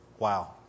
Wow